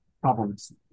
problems